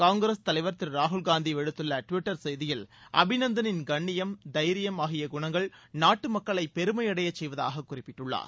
காங்கிரஸ் தலைவர் திரு ராகுல் காந்தி விடுத்துள்ள டிவிட்டர் செய்தியில் அபிநந்தனின் கண்ணியம் தைரியம் ஆகிய குணங்கள் நாட்டு மக்களை பெருமையடையச் செய்வதாக குறிப்பிட்டுள்ளார்